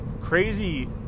crazy